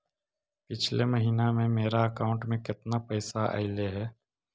पिछले महिना में मेरा अकाउंट में केतना पैसा अइलेय हे?